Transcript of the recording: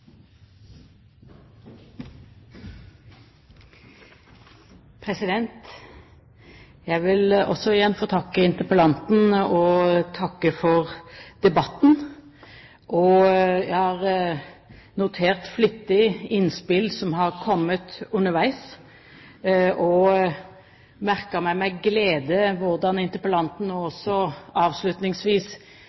Jeg vil igjen få takke interpellanten og takke for debatten. Jeg har flittig notert innspill som har kommet underveis, og merker meg med glede hvordan interpellanten nå også avslutningsvis